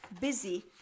busy